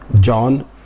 John